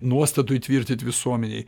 nuostatų įtvirtint visuomenėj